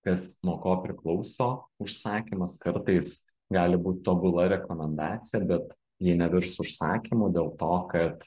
kas nuo ko priklauso užsakymas kartais gali būt tobula rekomendacija bet ji nevirs užsakymu dėl to kad